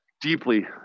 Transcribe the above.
deeply